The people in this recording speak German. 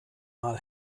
mal